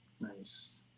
Nice